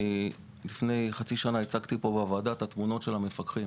לפני חצי שנה הצגתי כאן בוועדה את תמונות המפקחים: